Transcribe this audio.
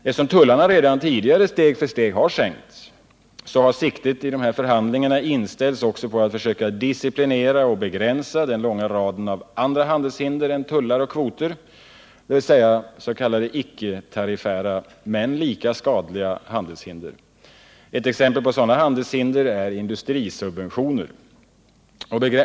Eftersom tullarna redan tidigare steg för steg har sänkts, har siktet i de här förhandlingarna inställts också på att försöka disciplinera och begränsa den långa raden av andra handelshinder än tullar och kvoter, dvs. de s.k. icketariffära, men lika skadliga, handelshindren. Ett exempel på sådana handelshinder är industrisubventioner.